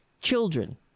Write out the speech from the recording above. children